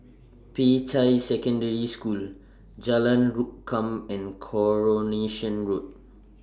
Peicai Secondary School Jalan Rukam and Coronation Road